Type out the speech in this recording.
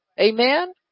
Amen